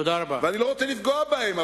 אני לא רוצה לפגוע בהם,